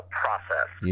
process